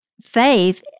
faith